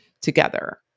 together